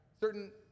Certain